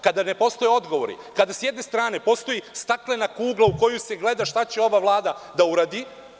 Kada ne postoje odgovori, kada sa jedne strane postoji staklena kugla u koju se gleda šta će ova Vlada da uradi…